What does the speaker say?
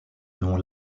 nom